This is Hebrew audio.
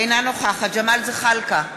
אינה נוכחת ג'מאל זחאלקה,